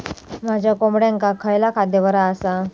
माझ्या कोंबड्यांका खयला खाद्य बरा आसा?